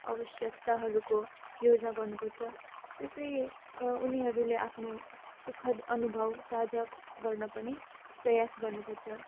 आवश्यक्ताहरूको योजना गर्नुपर्छ त्यसै उनीहरूले आफ्नो सुखद् अनुभव साझा गर्न पनि प्रयास गर्नुपर्छ